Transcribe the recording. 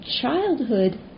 childhood